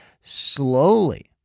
slowly